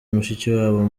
mushikiwabo